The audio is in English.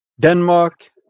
Denmark